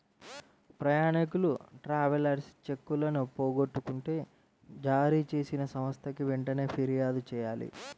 ప్రయాణీకులు ట్రావెలర్స్ చెక్కులను పోగొట్టుకుంటే జారీచేసిన సంస్థకి వెంటనే పిర్యాదు చెయ్యాలి